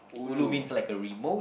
ulu means like a remote